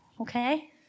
Okay